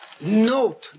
Note